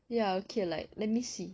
ya okay like let me see